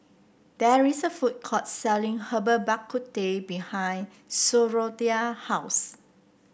there is a food court selling Herbal Bak Ku Teh behind Sophronia house